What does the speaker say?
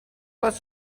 گاز